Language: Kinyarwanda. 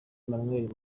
emmanuel